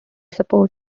support